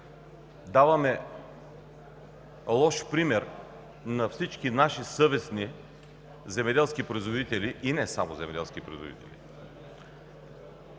даваме лош пример на всички наши съвестни земеделски производители и не само. Имаме ясни договори,